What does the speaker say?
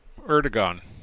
Erdogan